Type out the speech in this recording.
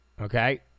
Okay